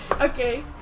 Okay